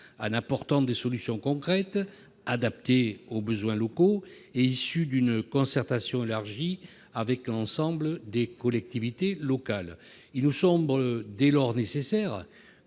en apportant des solutions concrètes, adaptées aux besoins locaux et issues d'une concertation élargie avec ensemble des collectivités locales. Il nous semble dès lors nécessaire